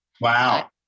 Wow